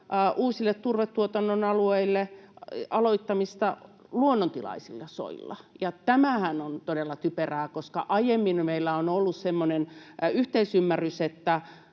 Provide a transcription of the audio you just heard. uusien turvetuotannon alueiden aloittamisesta luonnontilaisilla soilla. Tämähän on todella typerää, koska aiemmin meillä on ollut semmoinen yhteisymmärrys, että